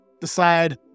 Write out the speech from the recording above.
decide